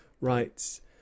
writes